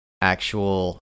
actual